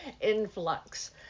influx